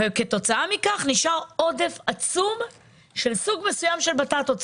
כתוצאה מכך נשאר עודף עצום של סוג מסוים של בטטות,